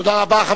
תודה רבה.